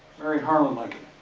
mary harlan like